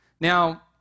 Now